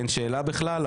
אין שאלה בכלל.